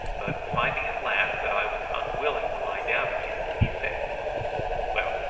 but finding at last that i was unwilling to lie down again, he said well,